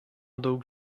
daug